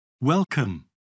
Welcome